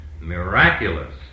miraculous